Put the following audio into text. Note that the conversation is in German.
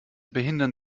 behindern